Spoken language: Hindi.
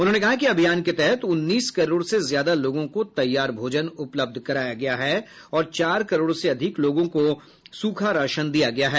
उन्होंने कहा कि अभियान के तहत उन्नीस करोड़ से ज्यादा लोगों को तैयार भोजन उपलब्ध कराया गया है और चार करोड़ से अधिक लोगों को सूखा राशन दिया गया है